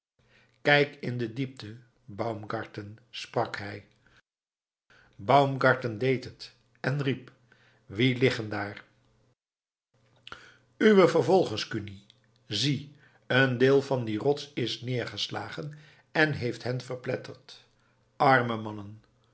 kijk in de diepte baumgarten sprak hij baumgarten deed het en riep wie liggen daar uwe vervolgers kuni zie een deel van die rots is neergeslagen en heeft hen verpletterd arme mannen